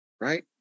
right